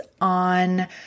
on